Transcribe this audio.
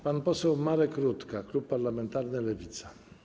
Pan poseł Marek Rutka, klub parlamentarny Lewica.